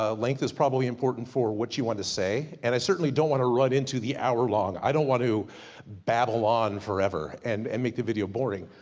ah length is probably important for what you want to say. and i certainly don't want to run into the hour long. i don't want to babble on forever, and and make the video boring.